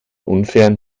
unfairen